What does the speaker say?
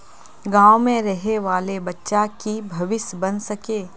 गाँव में रहे वाले बच्चा की भविष्य बन सके?